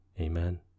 Amen